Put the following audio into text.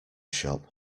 shop